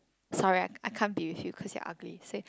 sorry I can't be with you cause you are ugly say